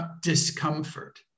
discomfort